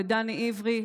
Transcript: ודני עברי,